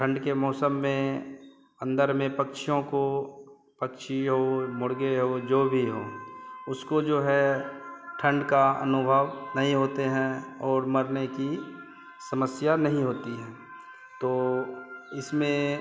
ठंड के मौसम में अंदर में पक्षियों को पक्षी हो मुर्ग़े हो जो भी हो उसको जो है ठंड का अनुभव नहीं होता है और मरने की समस्या नहीं होती है तो इसमें